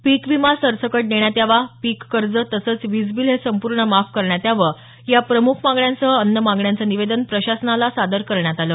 पीक विमा सरसकट देण्यात यावा पिक कर्ज तसंच विज बिल हे संपूर्ण माफ करण्यात यावं याप्रमुख मागण्यासह अन्य मागण्यांचं निवेदन प्रशासनाला सादर करण्यात आलं